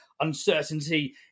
uncertainty